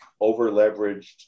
over-leveraged